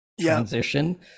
transition